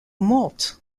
morte